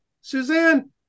Suzanne